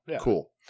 Cool